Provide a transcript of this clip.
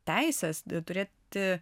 teises turėti